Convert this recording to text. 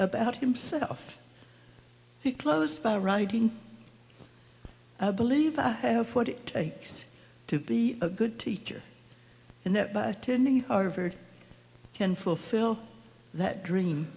about himself close by writing i believe i have what it takes to be a good teacher and that by attending harvard can fulfill that dream